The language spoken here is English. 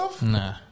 Nah